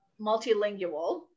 multilingual